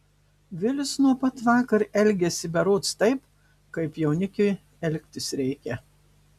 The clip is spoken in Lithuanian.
vilius nuo pat vakar elgiasi berods taip kaip jaunikiui elgtis reikia